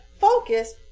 focus